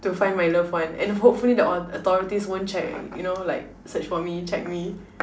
to find my loved one and hopefully the au~ authorities won't check you know like search for me check me